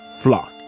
flock